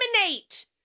eliminate